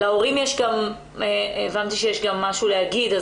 הבנתי גם שלהורים יש משהו להגיד,